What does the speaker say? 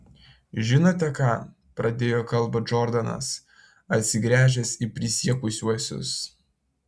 žinote ką pradėjo kalbą džordanas atsigręžęs į prisiekusiuosius